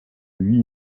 huit